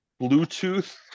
Bluetooth